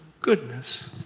goodness